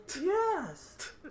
Yes